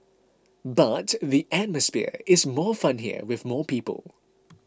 but the atmosphere is more fun here with more people